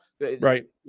right